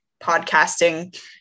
podcasting